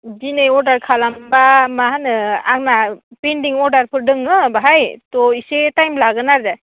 दिनै अरदार खालामोबा मा होनो आंना पेनदिं अरदारफोर दङ बाहाय थ' इसे टाइम लागोन आरो